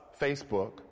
Facebook